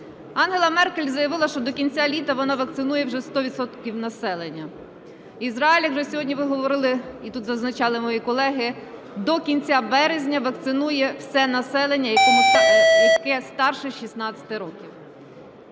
Ангела Меркель заявила, що до кінця літа вона вакцинує вже 100 відсотків населення. Ізраїль, як вже сьогодні ви говорили, і тут зазначали мої колеги, до кінця березня вакцинує все населення, яке старше 16 років.